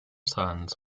sons